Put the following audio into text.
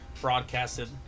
broadcasted